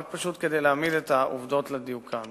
רק פשוט כדי להעמיד עובדות על דיוקן.